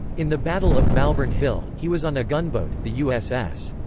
in the battle of malvern hill, he was on a gunboat, the u s s.